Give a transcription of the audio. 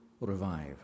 revive